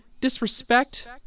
Disrespect